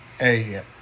Hey